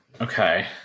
Okay